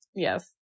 yes